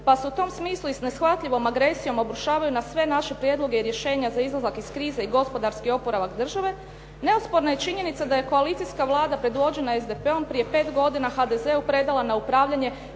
pa se u tom smislu i s neshvatljivom agresijom obrušavaju na sve naše prijedloge i rješenja za izlazak iz krize i gospodarski oporavak države, neosporna je činjenica da je koalicijska Vlada predvođena SDP-om prije 5 godina HDZ-u predala na upravljanje